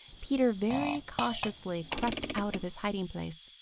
peter very cautiously crept out of his hiding-place.